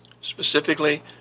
Specifically